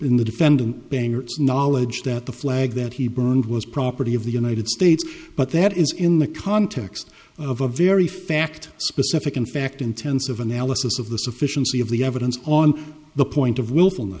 in the defendant bangerz knowledge that the flag that he burned was property of the united states but that is in the context of a very fact specific and fact intensive analysis of the sufficiency of the evidence on the point of will